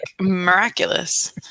miraculous